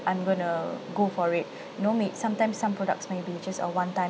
I'm going to go for it you know me~ mean sometimes some products maybe uh just a one time